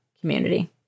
community